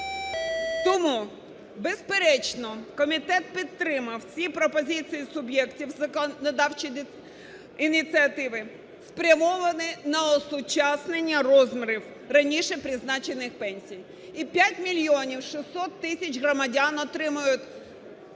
Тому, безперечно, комітет підтримав ці пропозиції суб'єктів законодавчої ініціативи, спрямовані на осучаснення розмірів раніше призначених пенсій, і 5 мільйонів 600 тисяч громадян отримають